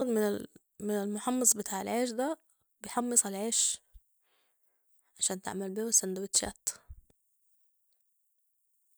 - من المحمص بتاع العيش ده بحمص العيش عشان تعمل بيو السندوتشات